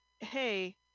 hey